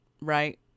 right